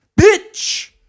bitch